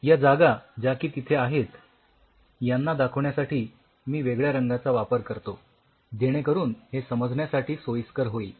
या जागा ज्या की तिथे आहेत यांना दाखविण्यासाठी मी वेगळ्या रंगाचा वापर करतो जेणे करून हे समजण्यासाठी सोयीस्कर होईल